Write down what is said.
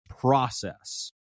process